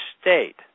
state